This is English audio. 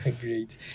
great